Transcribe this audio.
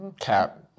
cap